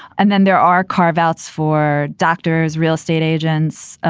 and then there are carve outs for doctors, real estate agents,